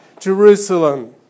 Jerusalem